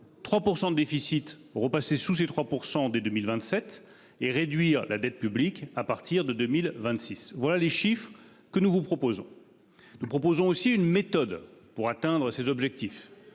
3% de déficit repassé sous ses 3% dès 2027 et réduire la dette publique à partir de 2026, voilà les chiffres que nous vous proposons. Nous proposons aussi une méthode pour atteindre ses objectifs.